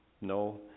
No